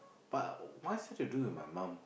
but why's this to do with my mum